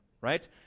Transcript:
right